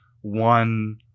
one